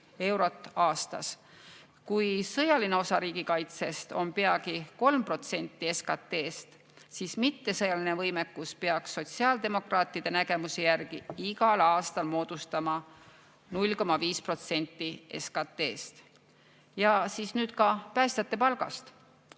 eurot aastas püsivalt. Kui sõjaline osa riigikaitsest on peagi 3% SKT‑st, siis mittesõjaline võimekus peaks sotsiaaldemokraatide nägemuse järgi igal aastal moodustama 0,5% SKT‑st. Nüüd ka päästjate palgast.